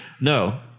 No